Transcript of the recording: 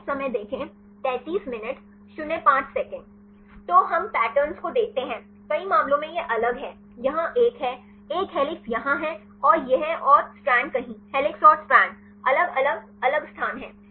तो हम पैटर्न को देखते हैं कई मामलों में यह अलग है यहां एक है एक हेलिक्स यहां है और यह और स्ट्रैंड कहीं हेलिक्स और स्ट्रैंड अलग अलग अलग स्थान हैं